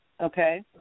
Okay